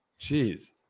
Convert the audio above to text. Jeez